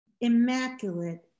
immaculate